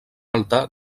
altar